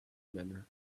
manner